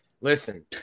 Listen